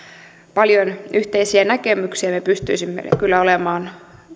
paljon yhteisiä näkemyksiä me pystyisimme kyllä olemaan